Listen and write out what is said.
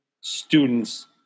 students